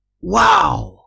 Wow